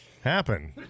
happen